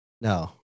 No